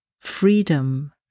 freedom